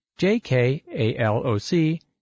jkaloc